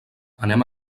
anem